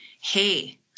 hey